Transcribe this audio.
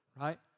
right